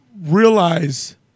realize